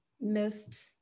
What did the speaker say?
missed